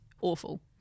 awful